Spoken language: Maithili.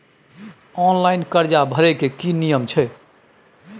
ऑनलाइन कर्जा भरै के की नियम छै?